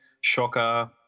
Shocker